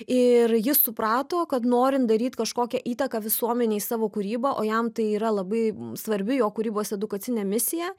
ir jis suprato kad norint daryt kažkokią įtaką visuomenei savo kūryba o jam tai yra labai svarbi jo kūrybos edukacinė misija